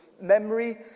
memory